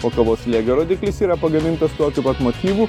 o kavos slėgio rodiklis yra pagamintas tokiu pat motyvu